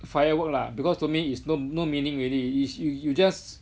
fireworks lah because to me is no no meaning already is you you just